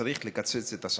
צריך לקצץ את השכר.